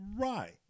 right